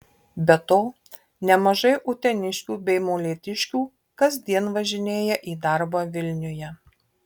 be to nemažai uteniškių bei molėtiškių kasdien važinėja į darbą vilniuje